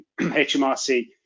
HMRC